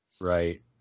Right